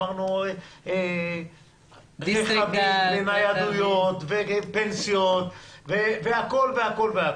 על ניידות ופנסיות והכל והכל והכל.